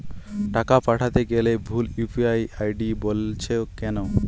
টাকা পাঠাতে গেলে ভুল ইউ.পি.আই আই.ডি বলছে কেনো?